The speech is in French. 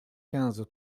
quinze